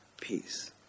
peace